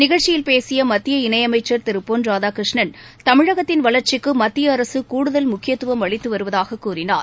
நிகழ்ச்சியில் பேசிய மத்திய இணையமைச்சர் திரு பொன் ராதாகிருஷ்ணன் தமிழகத்தின் வளர்ச்சிக்கு மத்திய அரசு கூடுதல் முக்கியத்துவம் அளித்து வருவதாக கூறினார்